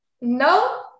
No